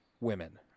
women